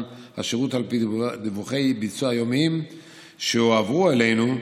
השירות על פי דיווחי ביצוע יומיים שהועברו אלינו,